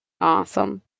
Awesome